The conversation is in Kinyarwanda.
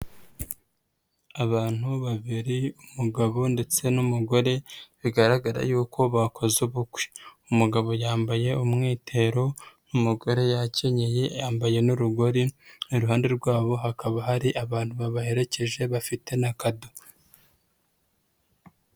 Abantu babiri umugabo ndetse n'umugore, bigaragara yuko bakoze ubukwe. Umugabo yambaye umwitero, umugore yakenyeye, yambaye n'urugori, iruhande rwabo hakaba hari abantu babaherekeje bafite na kado.